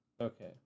Okay